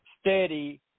steady